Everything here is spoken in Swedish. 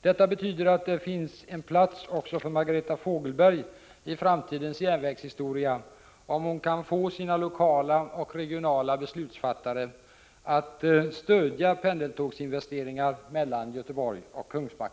Detta betyder att det finns en plats också för Margareta Fogelberg i framtidens järnvägshistoria, om hon kan får sina lokala och regionala beslutsfattare att stödja pendeltågsinvesteringar mellan Göteborg och Kungsbacka.